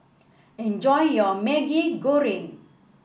enjoy your Maggi Goreng